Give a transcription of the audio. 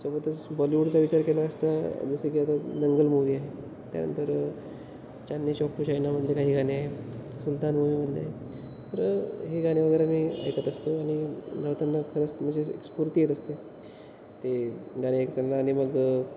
सोबतच बॉलीवूडचा विचार केला असता जसं की आता दंगल मूव्ही आहे त्यानंतर चांदनीचौक टू चायनामधले काही गाणे आहे सुलतान मूव्हीमधले तर हे गाणे वगैरे मी ऐकत असतो आणि धावताना खरंच म्हणजे स्फूर्ती येत असते ते गाणे ऐकताना आणि मग